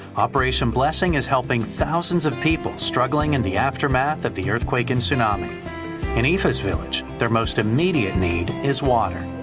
operation blessing is helping thousands of people struggling in the aftermath of the earthquake and tsunami any has village their most immediate need is water.